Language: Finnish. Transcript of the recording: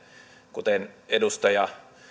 kuten edustaja